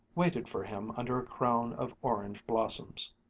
waited for him under a crown of orange blossoms.